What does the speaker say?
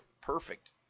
perfect